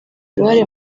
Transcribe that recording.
uruhare